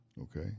Okay